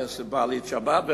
יש מעלית שבת.